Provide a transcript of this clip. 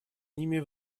ними